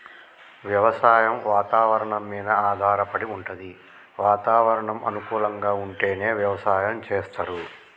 వ్యవసాయం వాతవరణం మీద ఆధారపడి వుంటది వాతావరణం అనుకూలంగా ఉంటేనే వ్యవసాయం చేస్తరు